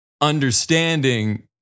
understanding